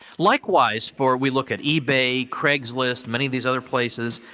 likewise, for we look at ebay, craigslist, many of these other places.